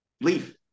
leave